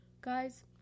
guys